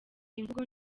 imvugo